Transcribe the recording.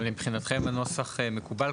אבל מבחינתכם הנוסח מקובל?